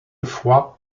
fois